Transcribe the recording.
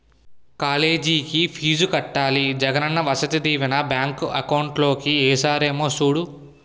కాలేజికి ఫీజు కట్టాలి Jagananna Vasathi Deevena bank account లో ఏసారేమో సూడు